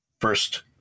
first